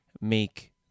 make